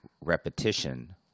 repetition